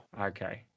Okay